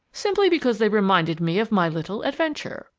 simply because they reminded me of my little adventure.